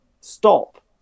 stop